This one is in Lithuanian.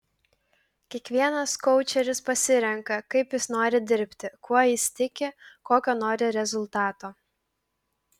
kiekvienas koučeris pasirenka kaip jis nori dirbti kuo jis tiki kokio nori rezultato